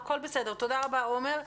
תודה רבה, עומר.